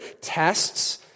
tests